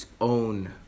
own